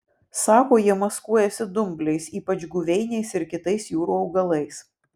sako jie maskuojasi dumbliais ypač guveiniais ir kitais jūrų augalais